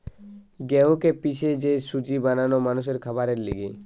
গেহুকে পিষে যে সুজি বানানো মানুষের খাবারের লিগে